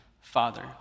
Father